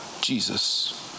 Jesus